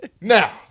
Now